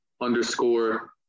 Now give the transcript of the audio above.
underscore